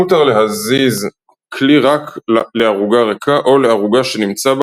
מותר להזיז כלי רק לערוגה ריקה או לערוגה שנמצא בה